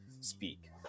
speak